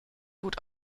gut